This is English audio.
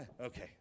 okay